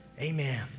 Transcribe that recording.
Amen